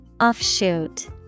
offshoot